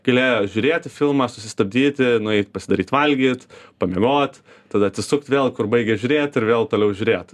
galėjo žiūrėti filmą susistabdyti nueit pasidaryt valgyt pamiegot tada atsisukt vėl kur baigė žiūrėt ir vėl toliau žiūrėt